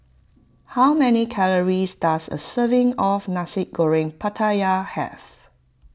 how many calories does a serving of Nasi Goreng Pattaya have